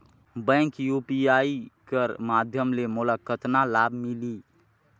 Bank U P I कर माध्यम ले मोला कतना लाभ मिली?